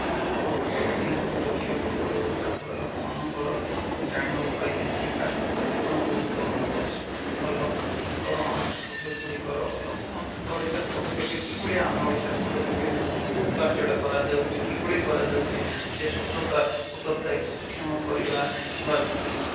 ସମସ୍ତ ନିହାତି ରଖିବାକୁ ପଡ଼ିବ ଯାହାଫଳରେ ଲୋକମାନଙ୍କର ଜାଣିବାକୁ ପାଇବେ ସେଇ କାର୍ଯ୍ୟରୁ କେତେ ପୂର୍ଣ ଗୁରୁତ୍ୱଭାବ ଅଛି ବା ଲୋକ ସଶକ୍ତିକର ଓଡ଼ିଶାର ପଦପେକ୍ଷ ଗୁଡ଼ିକର ଲୋକ ସଶକ୍ତିକ ଓଡ଼ିଶାର ପଦପେକ୍ଷ କିଭଳି ଆମେ ଓଡ଼ିଶାର ପଦପେକ୍ଷ ନେଉଛୁ କେଉଁ କାର୍ଯ୍ୟଟା କରାଯାଉଛି କିଭଳି କରାଯାଉଛି ସେ ସ୍ୱଚ୍ଛତା ଉତ୍ତରଦାୟୀକୁ ସକ୍ଷମ କରିବା ବା